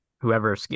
whoever